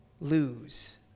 lose